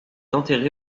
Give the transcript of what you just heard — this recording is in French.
enterré